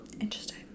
Interesting